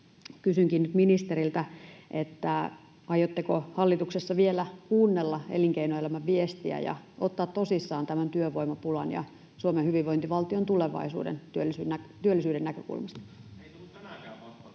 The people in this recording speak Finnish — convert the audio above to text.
Kysynkin nyt ministeriltä: aiotteko hallituksessa vielä kuunnella elinkeinoelämän viestiä ja ottaa tosissaan tämän työvoimapulan ja Suomen hyvinvointivaltion tulevaisuuden työllisyyden näkökulmasta? [Sebastian Tynkkynen: